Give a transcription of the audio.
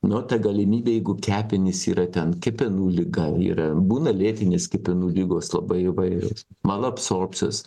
nu ta galimybė jeigu kepenys yra ten kepenų liga yra būna lėtinės kepenų ligos labai įvairios malabsorbcijos